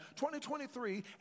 2023